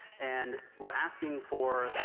and we're asking for,